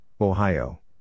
Ohio